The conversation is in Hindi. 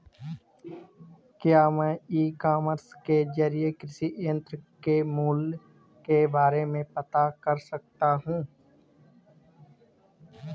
क्या मैं ई कॉमर्स के ज़रिए कृषि यंत्र के मूल्य के बारे में पता कर सकता हूँ?